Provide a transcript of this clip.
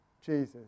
Jesus